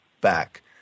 Back